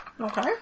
Okay